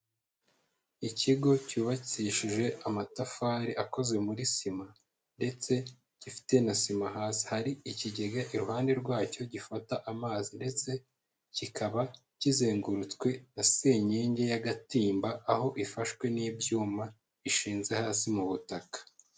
Ikigo cyubakishije amatafari akoze muri sima, ndetse gifite na sima hasi, hari ikigega iruhande rwacyo gifata amazi, ndetse kikaba kizengurutswe na senyenge y'agatimba, aho ifashwe n'ibyuma bishinze hasi mu butaka.